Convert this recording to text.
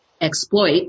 exploit